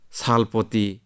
salpoti